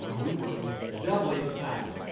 and we were doubly excited,